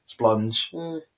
splunge